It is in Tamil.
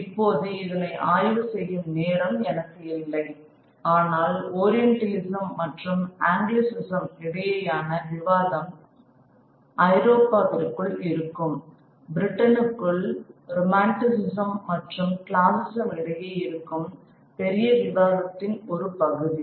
இப்போது இதனை ஆய்வு செய்யும் நேரம் எனக்கு இல்லை ஆனால் ஓரியண்டலிசம் மற்றும் ஆங்கிலிசிசம் இடையேயான விவாதம் ஐரோப்பாவிற்குள் இருக்கும் பிரிட்டனுக்குள் ரொமான்டிசிசம் மற்றும் கிளாசிசிசம் இடையே இருக்கும் பெரிய விவாதத்தின் ஒரு பகுதி